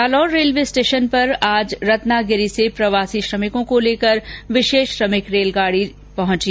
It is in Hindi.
जालौर रेलवे स्टेशन पर आज रत्नागिरी से प्रवासी श्रमिकों को लेकर विशेष श्रमिक रेलगाड़ी जालौर पहुंची